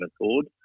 accord